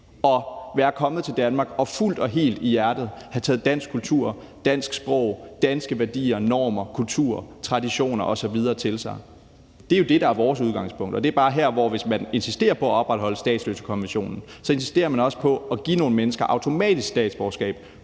og være kommet til Danmark og fuldt og helt i hjertet have taget dansk kultur, dansk sprog og danske værdier, normer, kulturer, traditioner osv. til sig. Det er jo det, der er vores udgangspunkt, og det er bare her, hvor vi siger, at hvis man insisterer på at opretholde statsløsekonventionen, så insisterer man også på at give nogle mennesker automatisk statsborgerskab